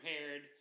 prepared